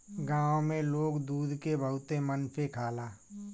गाँव में लोग दूध के बहुते मन से खाला